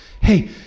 Hey